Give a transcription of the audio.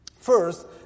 First